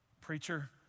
preacher